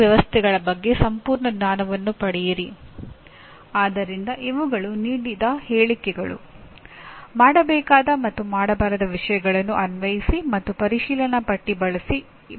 ಈ ಘಟಕದಲ್ಲೂ ಕಲಿಕೆ ಮೌಲ್ಯಮಾಪನ ಮತ್ತು ಸೂಚನೆಗಳು ಎಂಬ ಪದಗಳನ್ನು ಮತ್ತೆ ಪರಿಚಯಿಸುತ್ತಿದ್ದೇನೆ